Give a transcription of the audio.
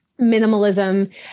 minimalism